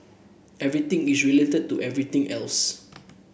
everything is related to everything else